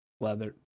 leather